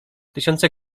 tysiące